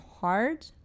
hard